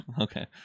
Okay